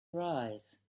arise